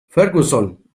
ferguson